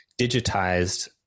digitized